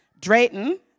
Drayton